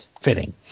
Fitting